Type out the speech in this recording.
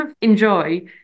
enjoy